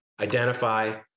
identify